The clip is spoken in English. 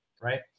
right